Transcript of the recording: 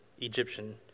Egyptian